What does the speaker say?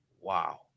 Wow